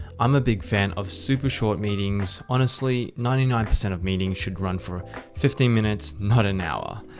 i'm a big fan of super short meetings. honestly, ninety nine percent of meetings should run for fifteen minutes not an hour.